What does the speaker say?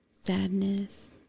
sadness